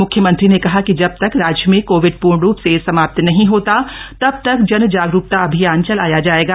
मुख्यमंत्री ने कहा कि जब तक राज्य में कोविड पूर्ण रूप से समाप्त नहीं होता तब तक जन जागरूकता अभियान चलाया जायेगा